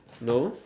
no